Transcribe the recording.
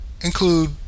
include